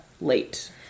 late